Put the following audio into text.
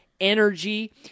energy